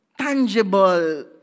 tangible